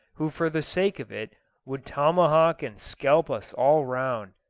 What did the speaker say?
who for the sake of it would tomahawk and scalp us all round.